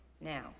now